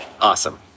Awesome